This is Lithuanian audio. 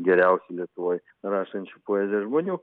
geriausi lietuvoj rašančių poeziją žmonių